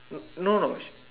no no